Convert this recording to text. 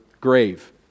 grave